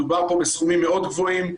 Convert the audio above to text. מדובר פה בסכומים גבוהים מאוד.